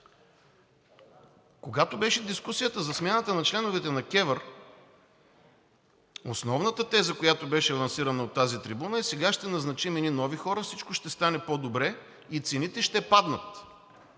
Когато беше дискусията за смяната на членовете на КЕВР, основната теза, която беше лансирана от тази трибуна, е: сега ще назначим едни нови хора, всичко ще стане по-добре и цените ще паднат.